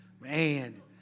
Man